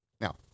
Now